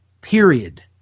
Period